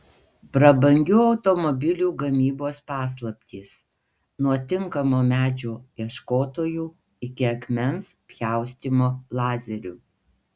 prabangių automobilių gamybos paslaptys nuo tinkamo medžio ieškotojų iki akmens pjaustymo lazeriu